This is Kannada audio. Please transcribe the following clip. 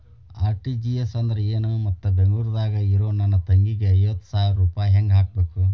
ಆರ್.ಟಿ.ಜಿ.ಎಸ್ ಅಂದ್ರ ಏನು ಮತ್ತ ಬೆಂಗಳೂರದಾಗ್ ಇರೋ ನನ್ನ ತಂಗಿಗೆ ಐವತ್ತು ಸಾವಿರ ರೂಪಾಯಿ ಹೆಂಗ್ ಹಾಕಬೇಕು?